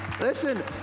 Listen